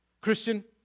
Christian